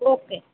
okay